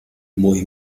mój